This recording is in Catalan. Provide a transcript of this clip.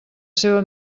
seva